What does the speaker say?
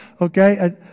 Okay